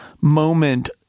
moment